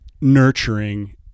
nurturing